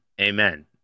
Amen